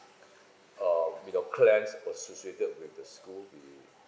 uh with the clans per~ su~ suited with the school will